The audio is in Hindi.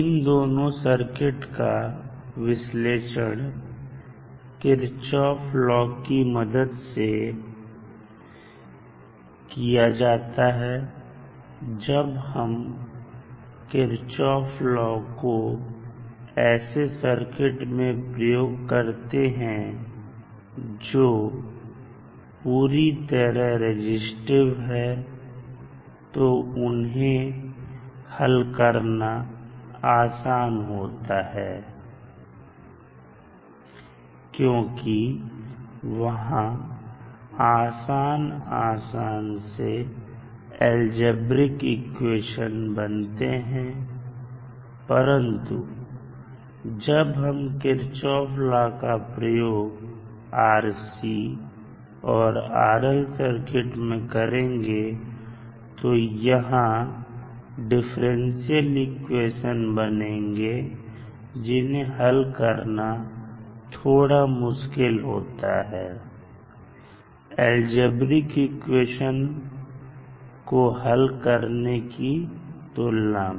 इन दोनों सर्किट का विश्लेषण किरचॉफ लॉ kirchhoffs law की मदद से किया जाता है जब हम किरचॉफ लॉ kirchhoffs law एक ऐसे सर्किट में प्रयोग करते हैं जो पूरी तरह रेजिस्टिव है तो उन्हें हल करना आसान होता है क्योंकि वहां आसान आसान से अलजेब्रिक इक्वेशन बनते हैं परंतु जब हम किरचॉफ लॉ का प्रयोग RC और RL सर्किट में करेंगे तो यहां डिफरेंशियल इक्वेशन बनेंगे जिन्हें हल करना थोड़ा मुश्किल होता है अलजेब्रिक इक्वेशन को हल करने की तुलना में